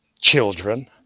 children